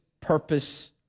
purpose